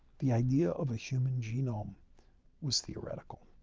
the idea of a human genome was theoretical.